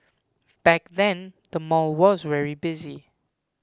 back then the mall was very busy